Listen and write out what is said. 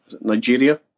Nigeria